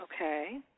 Okay